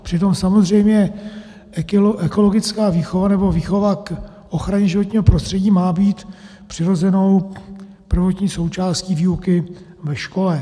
Přitom samozřejmě ekologická výchova, nebo výchova k ochraně životního prostředí, má být přirozenou prvotní součástí výuky ve škole.